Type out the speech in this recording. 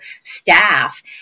staff